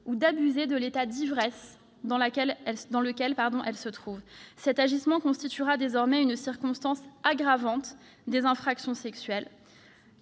ou d'abuser de l'état d'ivresse dans lequel elle se trouve. De tels agissements constitueront désormais une circonstance aggravante des infractions sexuelles.